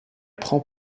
prend